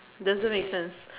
doesn't make sense